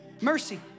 mercy